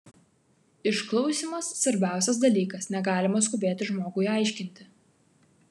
išklausymas svarbiausias dalykas negalima skubėti žmogui aiškinti